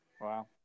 wow